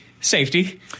safety